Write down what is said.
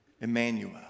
Emmanuel